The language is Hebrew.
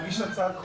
תגיש הצעת חוק.